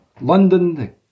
London